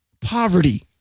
poverty